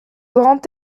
grand